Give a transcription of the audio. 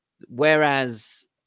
whereas